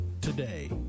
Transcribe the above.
today